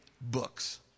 books